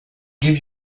give